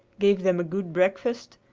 gave them a good breakfast,